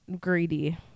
greedy